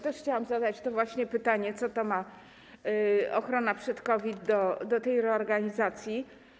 Też chciałam zadać to właśnie pytanie, co ochrona przed COVID ma do tej reorganizacji.